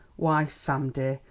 why, sam dear,